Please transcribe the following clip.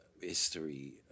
history